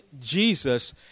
Jesus